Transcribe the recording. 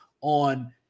on